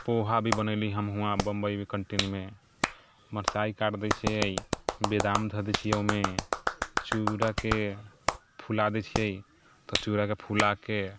पोहा भी बनैली हम हुवां बम्बइमे कैंटिनमे मरचाइ काटि दै छियै बदाम धऽ दै छियै ओइमे चूड़ाके फुला दै छियै तऽ चूड़ाके फुलाके